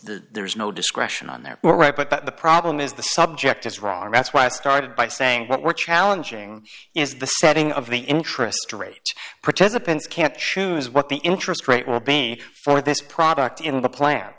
there's no discretion on there were right but the problem is the subject is wrong that's why i started by saying what we're challenging is the setting of the interest rate participants can't choose what the interest rate will be for this product in the plan